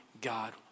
God